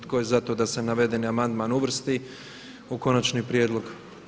Tko je za to da se navedeni amandman uvrsti u konačni prijedlog?